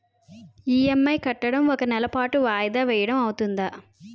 EMI కట్టడం ఒక నెల పాటు వాయిదా వేయటం అవ్తుందా?